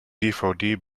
dvd